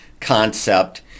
concept